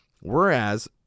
whereas